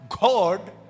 God